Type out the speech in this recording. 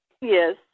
Yes